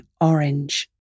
orange